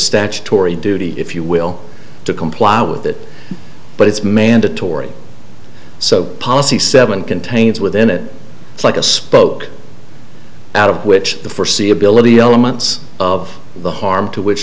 statutory duty if you will to comply with it but it's mandatory so policy seven contains within it like a spoke out of which the first c ability elements of the harm to which